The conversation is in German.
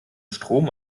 strom